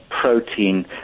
protein